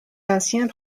anciens